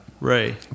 Ray